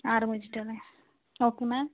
ആറ് മൊജിറ്റോ അല്ലേ ഓക്കേ മാം